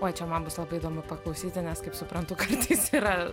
oi čia man bus labai įdomu paklausyti nes kaip suprantu kartais yra